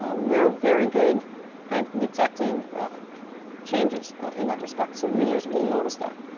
ah we're very good at detecting changes in that respect. so users will notice that.